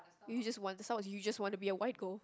you just want somehow you just wanna be a white girl